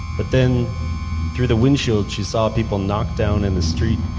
but then through the windshield, she saw people knocked down in the street.